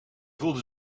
voelde